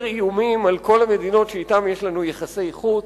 איומים על כל המדינות שאתן יש לנו יחסי חוץ.